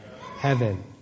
Heaven